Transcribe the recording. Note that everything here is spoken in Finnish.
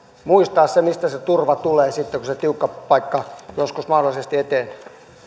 muistaa mistä se turva tulee sitten kun se tiukka paikka joskus mahdollisesti eteen